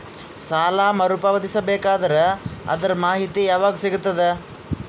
ಸಾಲ ಮರು ಪಾವತಿಸಬೇಕಾದರ ಅದರ್ ಮಾಹಿತಿ ಯವಾಗ ಸಿಗತದ?